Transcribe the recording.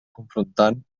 confrontant